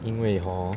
因为 hor